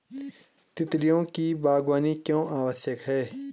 तितलियों की बागवानी क्यों आवश्यक है?